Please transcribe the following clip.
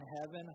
heaven